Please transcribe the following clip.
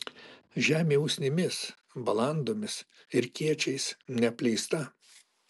žemė usnimis balandomis ir kiečiais neapleista